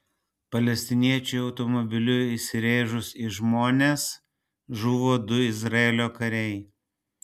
palestiniečiui automobiliu įsirėžus į žmonės žuvo du izraelio kariai